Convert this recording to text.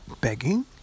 begging